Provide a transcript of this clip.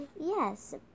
Yes